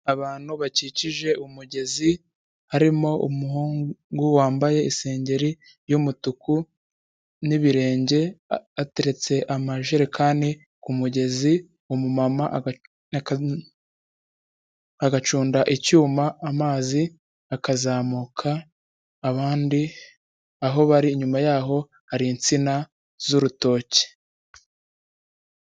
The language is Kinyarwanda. Abantu bakikije umugezi, harimo umuhungu wambaye isengeri y'umutuku n'ibirenge, ateretse amajerekani ku mugezi, umumama agacunda icyuma amazi akazamuka, abandi aho bari inyuma yaho hari insina z'urutoke.